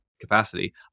capacity